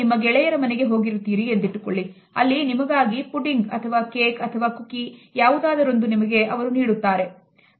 ನೀವು ನಿಮ್ಮ ಗೆಳೆಯರ ಮನೆಗೆ ಹೋಗಿರುತ್ತೀರಿ ಎಂದಿಟ್ಟುಕೊಳ್ಳಿ ಅಲ್ಲಿ ನಿಮಗಾಗಿ pudding cake or cookies ಯಾವುದಾದರೊಂದನ್ನು ನಿಮಗೆ ಅವರು ನೀಡುತ್ತಾರೆ